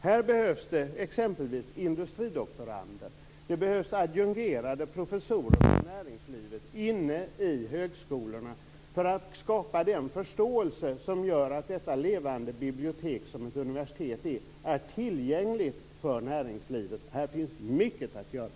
Här behövs det exempelvis industridoktorander. Det behövs adjungerade professorer i näringslivet och på högskolorna för att skapa den förståelse som gör att det levande bibliotek som ett universitet är blir tillgängligt för näringslivet. Här finns mycket att göra.